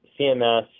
CMS